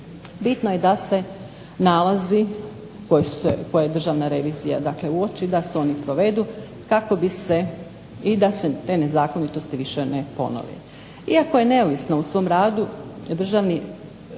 Bitno je da se nalazi koje Državna revizija uoči da se oni provedu kako bi se i da se te nezakonitosti više ne ponove. Iako je neovisan u svom radu državni